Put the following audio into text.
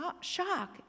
shock